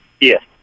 Yes